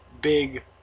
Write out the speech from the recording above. big